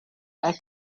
are